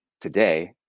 today